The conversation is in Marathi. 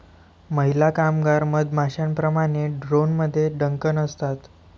महिला कामगार मधमाश्यांप्रमाणे, ड्रोनमध्ये डंक नसतात